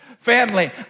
Family